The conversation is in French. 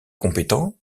compétent